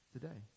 today